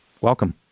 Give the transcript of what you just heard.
Welcome